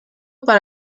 para